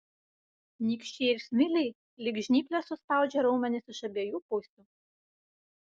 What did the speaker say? nykščiai ir smiliai lyg žnyplės suspaudžia raumenis iš abiejų pusių